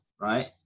right